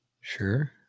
Sure